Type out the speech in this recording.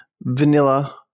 vanilla